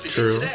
true